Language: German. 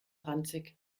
ranzig